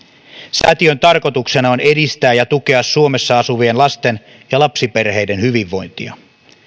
säätiön tarkoituksena on edistää ja tukea suomessa asuvien lasten ja lapsiperheiden hyvinvointia